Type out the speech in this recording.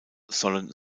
sollen